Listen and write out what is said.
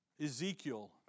Ezekiel